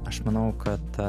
aš manau kad